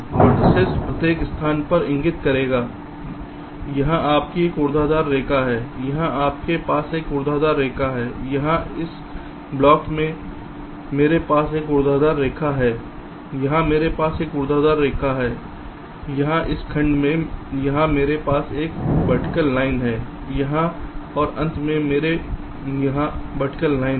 vertices प्रत्येक स्थान पर इंगित करेंगे जहां आपकी एक ऊर्ध्वाधर रेखा है यहां मेरे पास एक ऊर्ध्वाधर रेखा है यहां इस ब्लॉक में मेरे पास एक ऊर्ध्वाधर रेखा है यहां मेरे पास एक ऊर्ध्वाधर रेखा है यहां इस खंड में है यहां मेरे पास एक है वर्टिकल लाइन यहाँ और अंत में मेरे यहाँ वर्टिकल लाइन है